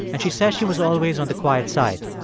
and she says she was always on the quiet side.